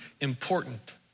important